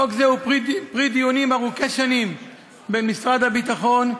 חוק זה הוא פרי דיונים ארוכי שנים בין משרד הביטחון,